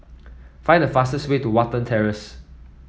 find the fastest way to Watten Terrace